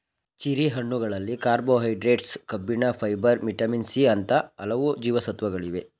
cherry ಹಣ್ಣುಗಳಲ್ಲಿ carbohydrates, ಕಬ್ಬಿಣ, fibre, vitamin C ಅಂತ ಹಲವು ಜೀವಸತ್ವಗಳಿವೆ